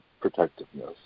protectiveness